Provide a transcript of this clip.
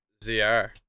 ZR